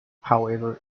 however